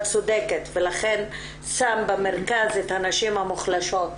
צודקת ולכן שם במרכז את הנשים המוחלשות,